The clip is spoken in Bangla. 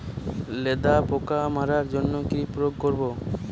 লেদা পোকা মারার জন্য কি প্রয়োগ করব?